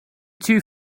two